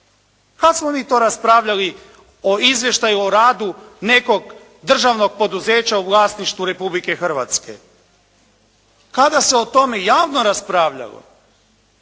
Kad smo mi to raspravljali o izvještaju o radu nekog državnog poduzeća u vlasništvu Republike Hrvatske? Kada se o tome javno raspravljalo?